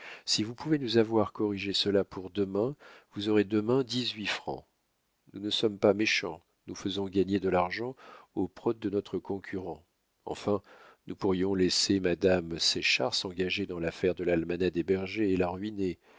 si vous pouvez nous avoir corrigé cela pour demain vous aurez demain dix-huit francs nous ne sommes pas méchants nous faisons gagner de l'argent au prote de notre concurrent enfin nous pourrions laisser madame séchard s'engager dans l'affaire de l'almanach des bergers et la